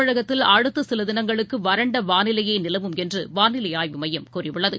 தமிழகத்தில் அடுத்தசிலதினங்களுக்குவறண்டவானிலையேநிலவும் என்றுவானிலைஆய்வுமையம் கூறியுள்ளது